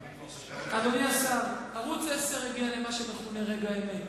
אדוני השר, ערוץ-10 הגיע למה שמכונה "רגע האמת".